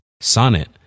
Sonnet